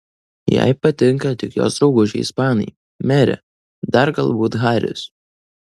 jai patinka tik jos draugužiai ispanai merė dar galbūt haris